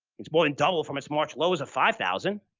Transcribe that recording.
it's more than doubled from its march lows of five thousand.